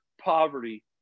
poverty